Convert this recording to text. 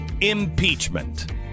impeachment